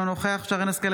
אינו נוכח שרן מרים השכל,